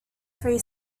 free